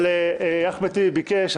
אבל אחמד טיבי ביקש.